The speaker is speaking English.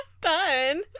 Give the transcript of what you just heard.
Done